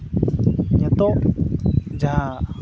ᱱᱤᱛᱚᱜ ᱡᱟᱦᱟᱸ